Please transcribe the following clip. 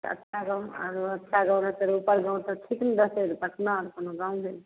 तऽ अच्छा गाममे आओर अच्छा गाम रहतै रहै तऽ उपर गाम तऽ ठीक ने रहतै ने पटना कोनो गाम भेलै